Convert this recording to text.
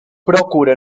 procura